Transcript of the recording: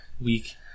week